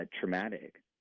traumatic